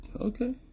Okay